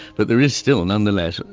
but there is still, nonetheless,